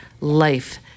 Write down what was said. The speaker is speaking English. life